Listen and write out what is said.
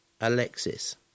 Alexis